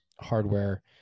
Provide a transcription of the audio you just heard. hardware